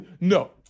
No